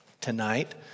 tonight